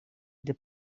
для